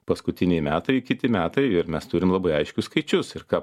paskutiniai metai kiti metai ir mes turim labai aiškius skaičius ir ką